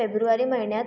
February महिन्यात